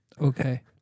Okay